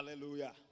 Hallelujah